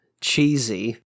cheesy